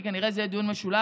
כי כנראה זה יהיה דיון משולב,